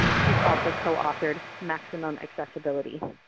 she's also co-authored maximum accessibility.